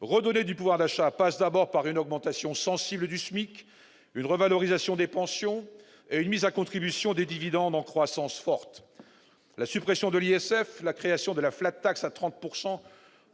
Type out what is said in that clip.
Redonner du pouvoir d'achat passe d'abord par une augmentation sensible du SMIC, une revalorisation des pensions et une mise à contribution des dividendes en croissance forte. La suppression de l'ISF et la création de la à 30 %